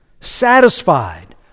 satisfied